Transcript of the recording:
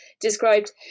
described